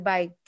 Bye